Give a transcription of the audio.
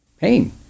pain